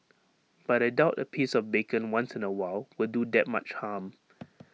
but I doubt A piece of bacon once in A while will do that much harm